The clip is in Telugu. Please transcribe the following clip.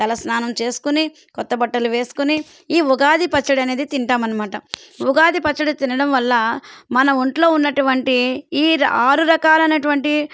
తల స్నానం చేసుకుని క్రొత్త బట్టలు వేసుకొని ఈ ఉగాది పచ్చడి అనేది తింటామన్న ఉగాది పచ్చడి తినడం వల్ల మన ఒంట్లో ఉన్నటువంటి ఈ ఆరు రకాలైనటువంటి